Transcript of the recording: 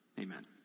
Amen